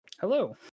Hello